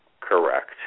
Correct